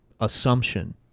assumption